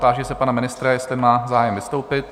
Táži se pana ministra, jestli má zájem vystoupit?